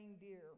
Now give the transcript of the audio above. deer